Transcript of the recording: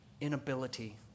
inability